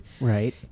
Right